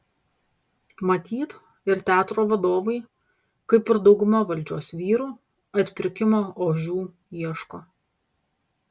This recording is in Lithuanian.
matyt ir teatro vadovai kaip ir dauguma valdžios vyrų atpirkimo ožių ieško